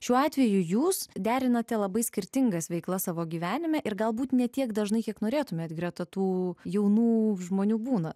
šiuo atveju jūs derinate labai skirtingas veiklas savo gyvenime ir galbūt ne tiek dažnai kiek norėtumėte greta tų jaunų žmonių būna